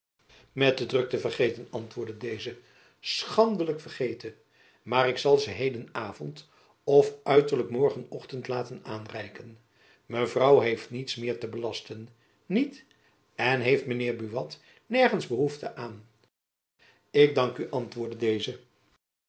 met de drukte vergeten antwoordde deze schandelijk vergeten maar ik zal ze heden avond of uiterlijk morgen-ochtend laten aanreiken mevrouw heeft niets meer te belasten niet en heeft mijn heer buat nergends behoefte aan ik dank u antwoordde deze